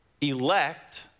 elect